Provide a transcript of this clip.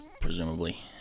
presumably